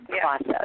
process